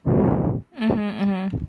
mmhmm mmhmm